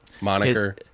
moniker